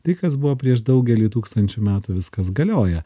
tai kas buvo prieš daugelį tūkstančių metų viskas galioja